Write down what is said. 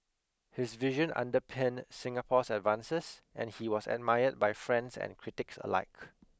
his vision underpinned Singapore's advances and he was admired by friends and critics alike